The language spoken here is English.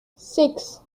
six